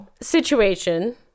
situation